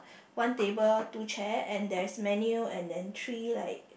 one table two chairs and there is menu and then three like